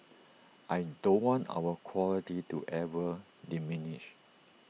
I don't want our quality to ever diminish